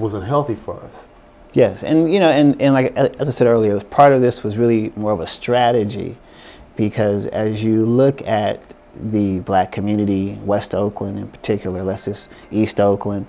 was unhealthy for us yes and you know and as i said earlier part of this was really more of a strategy because as you look at the black community west oakland in particular less this east oakland